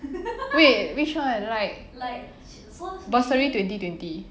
wait which one like bursary twenty twenty